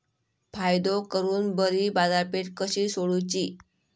फायदो करून बरी बाजारपेठ कशी सोदुची?